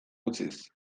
utziz